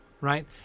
right